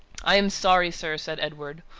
i am sorry, sir, said edward,